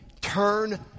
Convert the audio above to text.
turn